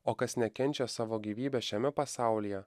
o kas nekenčia savo gyvybės šiame pasaulyje